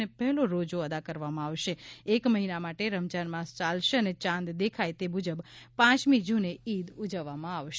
અને પહેલો રોજો અદા કરવામાં આવશે એક મહિના માટે રમજાન માસ ચાલશે અને ચાંદ દેખાય તે મુજબ પાંચમી જૂને ઇદ ઉજવવામાં આવશે